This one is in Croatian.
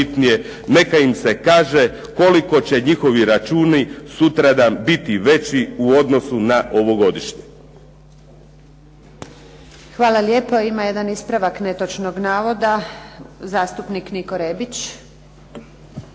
neka im se kaže koliko će njihovi računi sutradan biti veći u odnosu na ovogodišnje. **Antunović, Željka (SDP)** Hvala lijepo. Ima jedan ispravak netočnog navoda, zastupnik Niko Rebić.